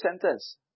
sentence